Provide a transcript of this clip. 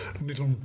little